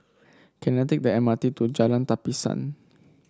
can I take the M R T to Jalan Tapisan